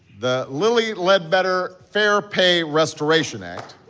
the lilly ledbetter fair pay restoration act.